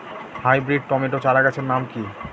Hybrid tomato চারাগাছের নাম কি?